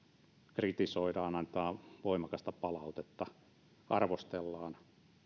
kritisoidaan annetaan voimakasta palautetta arvostellaan